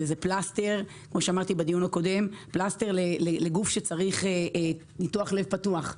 זה פלסטר לגוף שצריך ניתוח לב פתוח.